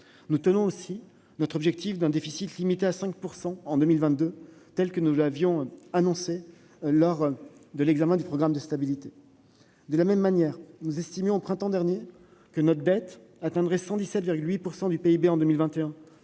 Nous respecterons aussi notre objectif d'un déficit limité à 5 % en 2022, tel que nous l'avons annoncé lors de l'examen du programme de stabilité. De même, nous estimions au printemps dernier que notre dette atteindrait 117,8 % du PIB en 2021